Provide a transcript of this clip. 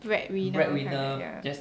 breadwinner kind ya